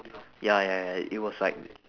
ya ya ya it was like